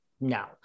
No